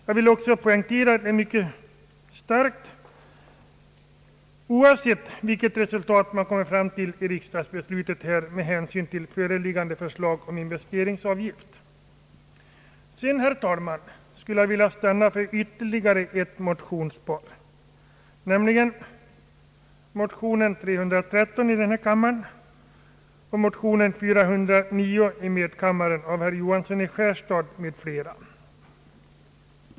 Jag vill också poängtera det mycket starkt, oavsett vilket beslut riksdagen kommer att fatta i fråga om föreliggande förslag om investeringsavgift. Vidare skulle jag vilja stanna för ytterligare ett motionspar, nämligen motionerna nr 313 i denna kammare och 409 i medkammaren av herr Johansson i Skärstad m.fl.